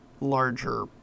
larger